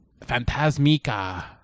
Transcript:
Fantasmica